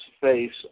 face